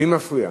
מי מפריע?